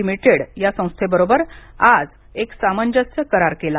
limited या संस्थेबरोबर आज एक सामंजस्य करार केला